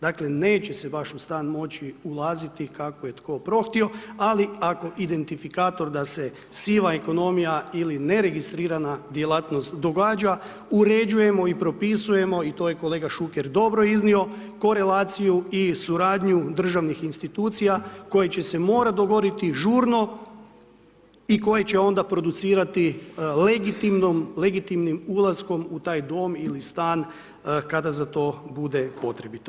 Dakle, neće se baš u stan moći ulaziti kako je tko prohtio, ali ako identifikator da se siva ekonomija ili neregistrirana djelatnost događa, uređujemo i propisujemo i to je kolega Šuker dobro iznio, korelaciju i suradnju državnih institucija koji će se morati dogovoriti žurno i koji će onda producirati legitimnim ulaskom u taj dom ili stan kada za to bude potrebito.